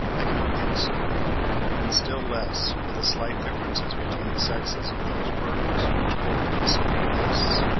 i cannot think so and still less with the slight differences between the sexes of those birds which build concealed nests.